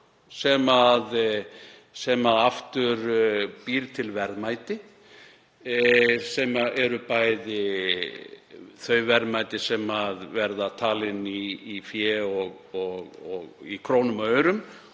sem aftur býr til verðmæti sem eru bæði þau verðmæti sem verða talin í krónum og aurum